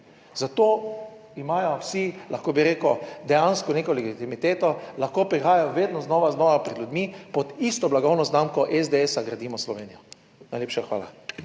zato imajo vsi, lahko bi rekel dejansko neko legitimiteto, lahko prihajajo vedno znova, znova pred ljudmi, pod isto blagovno znamko SDS gradimo Slovenijo. Najlepša hvala.